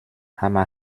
hammer